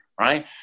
right